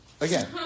again